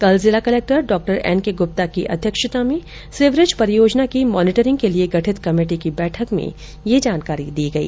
कल जिला कलक्टर डॉ एन के गूप्ता की अध्यक्षता में सिवरेज परियोजना की मॉनिटरिंग के लिए गठित कमेटी की बैठक में यह जानकारी दी गई